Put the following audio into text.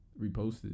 reposted